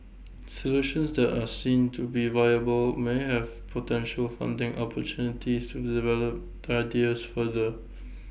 solutions that are seen to be viable may have potential funding opportunities to develop the ideas further